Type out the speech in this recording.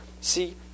see